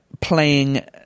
playing